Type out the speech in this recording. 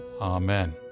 amen